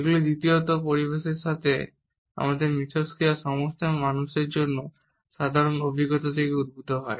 এগুলি দ্বিতীয়ত পরিবেশের সাথে আমাদের ইন্টারেকশনের সমস্ত মানুষের জন্য সাধারণ অভিজ্ঞতা থেকে উদ্ভূত হয়